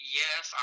yes